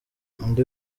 undi